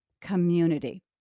community